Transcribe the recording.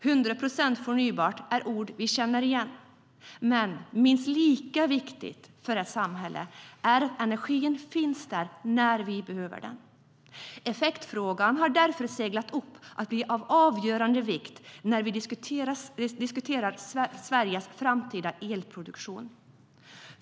Hundra procent förnybart är ord vi känner igen, men minst lika viktigt för ett samhälle är att energin finns där när vi behöver den. Effektfrågan har därför seglat upp till att bli av avgörande vikt när vi diskuterar Sveriges framtida elproduktion.